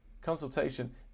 Consultation